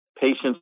patients